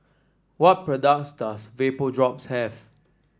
what products does Vapodrops have